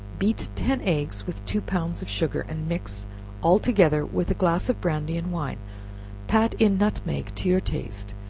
beat ten eggs with two pounds of sugar, and mix all together with a glass of brandy and wine pat in nutmeg to your taste,